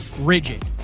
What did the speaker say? rigid